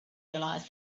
realize